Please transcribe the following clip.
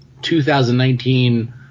2019